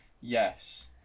Yes